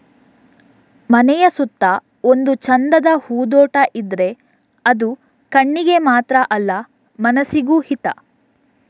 ಮನೆಯ ಸುತ್ತ ಒಂದು ಚಂದದ ಹೂದೋಟ ಇದ್ರೆ ಅದು ಕಣ್ಣಿಗೆ ಮಾತ್ರ ಅಲ್ಲ ಮನಸಿಗೂ ಹಿತ